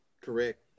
correct